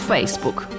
Facebook